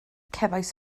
cefais